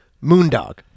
Moondog